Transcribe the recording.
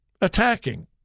attacking